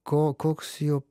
ko koks jo